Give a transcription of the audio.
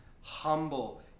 humble